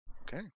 Okay